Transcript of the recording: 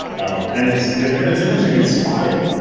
and it's and it's interesting. it's spotty.